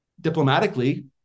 diplomatically